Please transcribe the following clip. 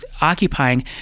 occupying